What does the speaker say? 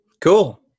Cool